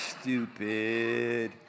stupid